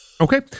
okay